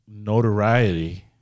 notoriety